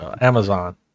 Amazon